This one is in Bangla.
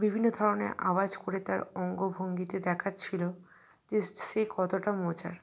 বিভিন্ন ধরনের আওয়াজ করে তার অঙ্গভঙ্গিতে দেখাচ্ছিল যে সে কতটা মজার